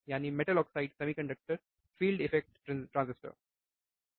MOSFET metal oxide semiconductor field effect transistor के अलावा कुछ भी नहीं है